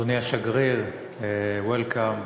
אדוני השגריר, Welcome,